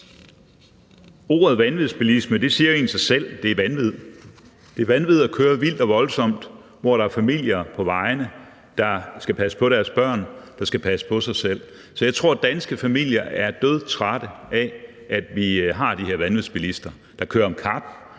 Ordet vanvidsbilisme siger jo egentlig sig selv: at det er vanvid at køre vildt og voldsomt, hvor der er familier på vejene, der skal passe på deres børn og passe på sig selv. Så jeg tror, at danske familier er dødtrætte af, at vi har de her vanvidsbilister, der kører om kap